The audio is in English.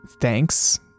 Thanks